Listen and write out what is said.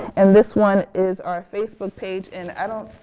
and this one is our facebook page and i don't